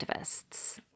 activists